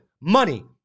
money